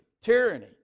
tyranny